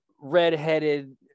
red-headed